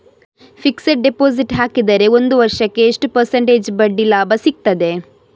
Fixed deposit ಹಾಕಿದರೆ ಒಂದು ವರ್ಷಕ್ಕೆ ಎಷ್ಟು ಪರ್ಸೆಂಟೇಜ್ ಬಡ್ಡಿ ಲಾಭ ಸಿಕ್ತದೆ?